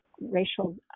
racial